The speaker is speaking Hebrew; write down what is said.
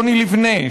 יוני ליבנה,